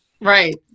Right